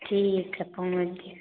ठीक है